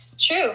True